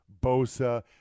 Bosa